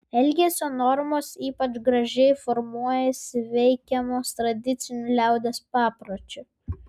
elgesio normos ypač gražiai formuojasi veikiamos tradicinių liaudies papročių